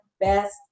best